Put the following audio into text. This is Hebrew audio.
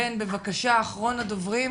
בן זנתי בבקשה, אחרון הדוברים.